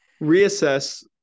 reassess